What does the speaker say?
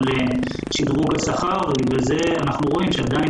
לשדרוג השכר ובגלל זה אנחנו רואים שעדיין